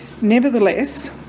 Nevertheless